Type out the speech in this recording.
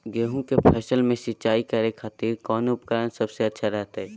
गेहूं के फसल में सिंचाई करे खातिर कौन उपकरण सबसे अच्छा रहतय?